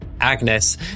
Agnes